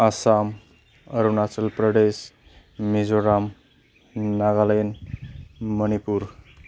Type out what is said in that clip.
Assam Arunachal Pradesh Mizoram Nagaland Manipur